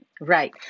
Right